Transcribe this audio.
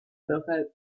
roja